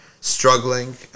struggling